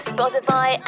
Spotify